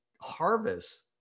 harvest